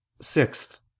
Sixth